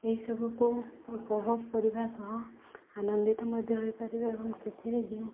ଏହିସବୁକୁ ଉପଭୋଗ କରିବା ସହ ଆନନ୍ଦିତ ମଧ୍ୟ ହୋଇପାରିବେ ଏବଂ ସେଥିରେ ଯେଉଁ